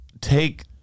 take